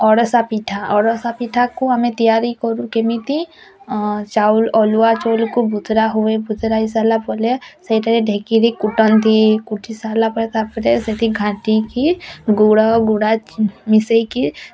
ଅଡ଼ସା ପିଠା ଅଡ଼ସା ପିଠାକୁ ଆମେ ତିଆରି କରୁ କେମିତି ଚାଉଲ ଅରୁଆ ଚାଉଲକୁ ବୁତୁରା ହୁଏ ବୁତୁରା ହେଇ ସାରିଲା ପରେ ସେଇଟାକୁ ଢିଙ୍କିରେ କୁଟନ୍ତି କୁଟି ସାରିଲା ପରେ ତାପରେ ସେଇଠି ଘାଣ୍ଟିକି ଗୁଡ଼ ଗୁଡ଼ା ମିଶେଇକି